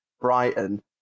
Brighton